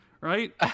right